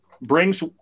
Brings